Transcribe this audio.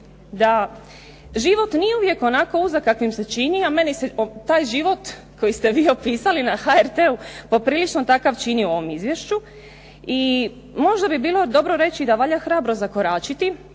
da život nije uvijek onako uzak kakvim se čini, a meni se taj život koji ste vi opisali na HRT-u poprilično takav čini u ovom izvješću, i možda bi bilo dobro reći da valja hrabro zakoračiti,